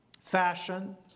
Fashion